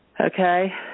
Okay